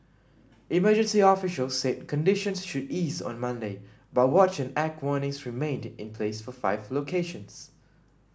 emergency officials said conditions should ease on Monday but watch and act warnings remained in place for five locations